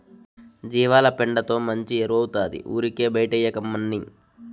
జీవాల పెండతో మంచి ఎరువౌతాది ఊరికే బైటేయకమ్మన్నీ